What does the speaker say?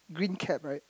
green cap [right]